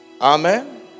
Amen